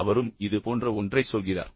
அவரும் இது போன்ற ஒன்றைச் சொல்கிறார்